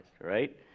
right